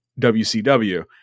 wcw